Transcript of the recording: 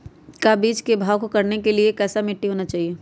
का बीज को भाव करने के लिए कैसा मिट्टी होना चाहिए?